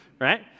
right